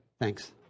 Thanks